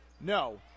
no